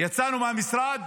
יצאנו מהמשרד